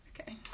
okay